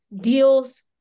deals